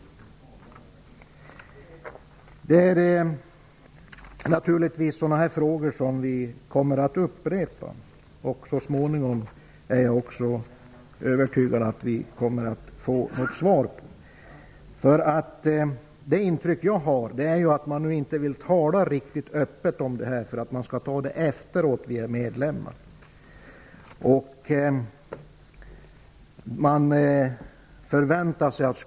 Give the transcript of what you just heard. Det är givetvis sådana frågor som vi kommer att upprepa. Jag är övertygad om att vi så småningom kommer att få svar. Det intryck jag har är att man inte vill tala riktigt öppet om detta, utan att man tar diskussionen efter det att vi har blivit medlemmar.